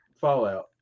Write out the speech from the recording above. fallout